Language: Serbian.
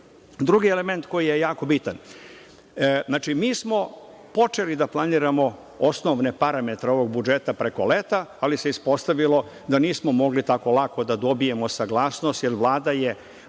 element koji je jako bitan. Znači, mi smo počeli da planiramo osnovne parametre ovog budžeta preko leta, ali se ispostavilo da nismo mogli tako lako da dobijemo saglasnost, jer Vlada je